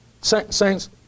saints